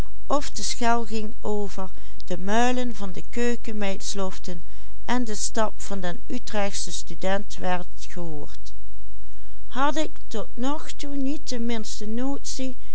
de keukenmeid sloften en de stap van den utrechtschen student werd gehoord had ik tot nog toe niet de